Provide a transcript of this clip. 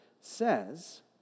says